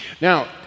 now